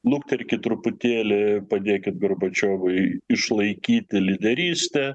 lukterkit truputėlį padėkit gorbačiovui išlaikyti lyderystę